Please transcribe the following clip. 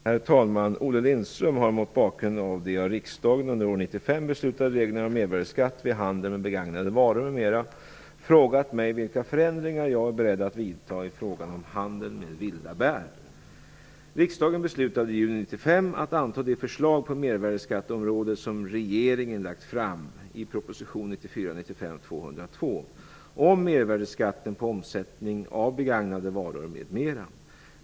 Herr talman! Olle Lindström har, mot bakgrund av de av riksdagen under år 1995 beslutade reglerna om mervärdesskatt vid handel med begagnade varor m.m., frågat mig vilka förändringar jag är beredd att vidta i frågan om handeln med vilda bär. Riksdagen beslutade i juni 1995 att anta de förslag på mervärdesskatteområdet som regeringen lagt fram i proposition 1994/95:202 om mervärdesskatten på omsättning av begagnade varor, m.m.